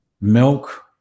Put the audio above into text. milk